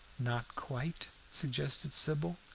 not quite? suggested sybil.